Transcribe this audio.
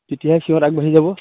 তেতিয়াহে সিহঁত আগবাঢ়ি যাব